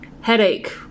headache